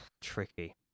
tricky